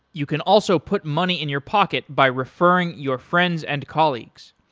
you can also put money in your pocket by referring your friends and colleagues.